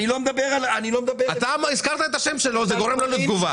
אני לא מדבר --- הזכרת את השם שלו וזה גורם לו להגיב.